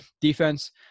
defense